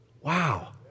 Wow